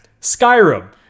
Skyrim